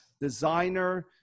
designer